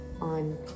on